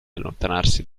allontanarsi